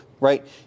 Right